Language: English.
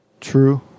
True